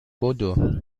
بدو